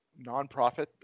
nonprofit